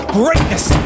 greatness